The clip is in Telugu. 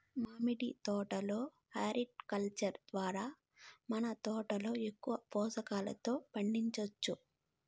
మామిడి తోట లో హార్టికల్చర్ ద్వారా మన తోటలో ఎక్కువ పోషకాలతో పండించొచ్చు